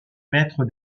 maitre